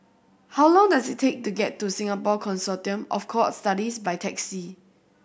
how long does it take to get to Singapore Consortium of Cohort Studies by taxi